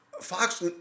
Fox